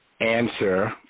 answer